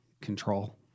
control